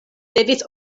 devis